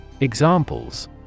Examples